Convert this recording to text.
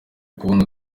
kubona